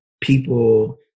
people